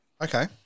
Okay